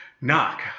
Knock